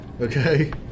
Okay